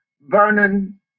Vernon